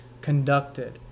conducted